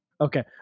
Okay